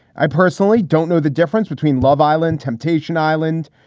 i personally don't know the difference between love island. temptation island.